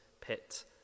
pit